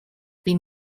been